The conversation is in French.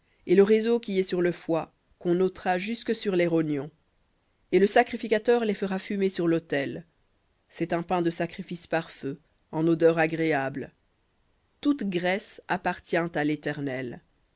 et le réseau qui est sur le foie qu'on ôtera jusque sur les rognons et le sacrificateur les fera fumer sur l'autel un pain de sacrifice par feu en odeur agréable toute graisse appartient à l'éternel